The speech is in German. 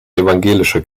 evangelische